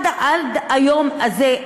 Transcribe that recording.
עד היום הזה,